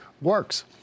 works